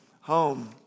home